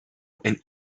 and